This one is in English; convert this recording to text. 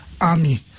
army